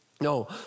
No